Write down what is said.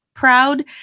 proud